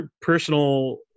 personal